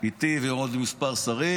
איתי ועם עוד כמה שרים,